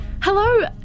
hello